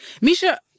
Misha